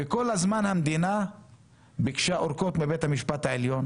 כל הזמן המדינה ביקשה אורכות בבית המשפט העליון